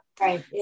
right